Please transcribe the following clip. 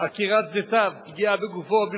עקירת זיתיו, פגיעה בגופו או ברכושו,